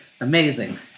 Amazing